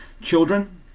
children